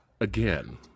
again